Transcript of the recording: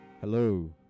hello